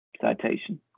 citation